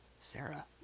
Sarah